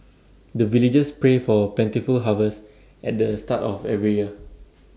the villagers pray for plentiful harvest at the start of every year